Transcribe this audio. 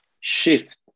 shift